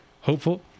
hopeful